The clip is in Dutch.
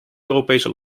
europese